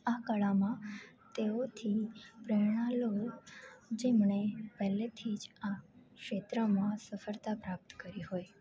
આ કળામાં તેઓથી પ્રેરણા લો જેમણે પહેલેથી જ આ ક્ષેત્રમાં સફળતા પ્રાપ્ત કર્યો હોય